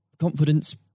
confidence